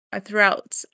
throughout